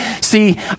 see